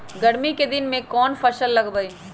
गर्मी के दिन में कौन कौन फसल लगबई?